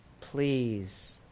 please